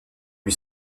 lui